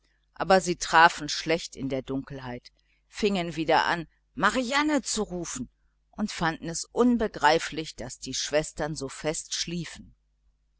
aber sie trafen ganz schlecht in der dunkelheit fingen wieder an marianne zu rufen und fanden es unbegreiflich daß die schwestern so fest schliefen